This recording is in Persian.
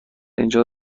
اینجا